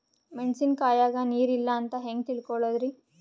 ಮೆಣಸಿನಕಾಯಗ ನೀರ್ ಇಲ್ಲ ಅಂತ ಹೆಂಗ್ ತಿಳಕೋಳದರಿ?